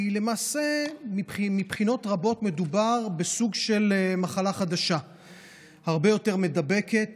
כי למעשה מבחינות רבות מדובר בסוג של מחלה חדשה הרבה יותר מידבקת